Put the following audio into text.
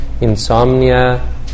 Insomnia